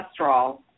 cholesterol